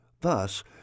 Thus